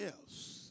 else